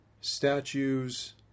statues